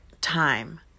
time